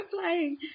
playing